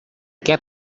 què